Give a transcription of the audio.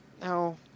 No